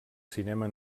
cinema